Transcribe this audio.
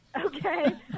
Okay